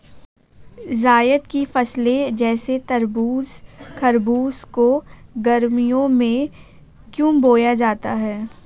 जायद की फसले जैसे तरबूज़ खरबूज को गर्मियों में क्यो बोया जाता है?